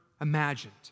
imagined